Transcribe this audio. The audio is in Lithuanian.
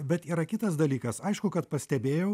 bet yra kitas dalykas aišku kad pastebėjau